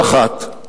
אות אחת,